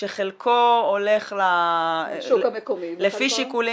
שחלקו הולך לפי שיקולים